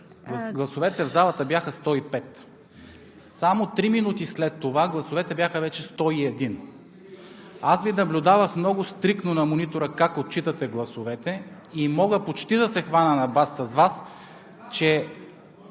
гласовете в залата бяха 105. Само три минути след това гласовете бяха вече 101. Аз Ви наблюдавах много стриктно на монитора как отчитате гласовете и мога почти да се хвана на бас с Вас, че